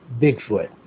Bigfoot